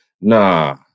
Nah